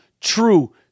true